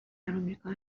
امریکا